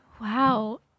Wow